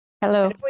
Hello